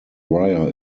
ria